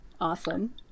Awesome